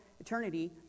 eternity